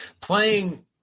Playing